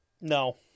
No